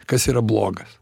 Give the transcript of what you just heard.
kas yra blogas